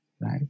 right